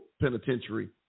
penitentiary